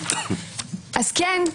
אז כן,